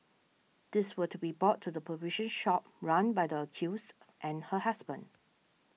these were to be brought to the provision shop run by the accused and her husband